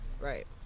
right